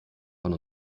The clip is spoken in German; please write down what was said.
von